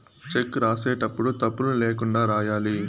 check రాసేటప్పుడు తప్పులు ల్యాకుండా రాయాలి